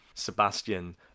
sebastian